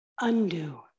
undo